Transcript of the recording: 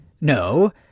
No